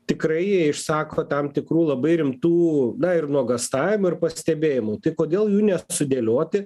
tikrai jie išsako tam tikrų labai rimtų na ir nuogąstavimų ir pastebėjimų tai kodėl jų ne sudėlioti